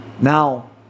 Now